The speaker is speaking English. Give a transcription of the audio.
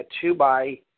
two-by